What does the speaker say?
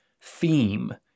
theme